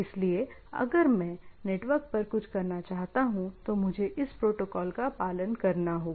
इसलिए अगर मैं नेटवर्क पर कुछ करना चाहता हूं तो मुझे इस प्रोटोकॉल का पालन करना होगा